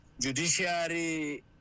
judiciary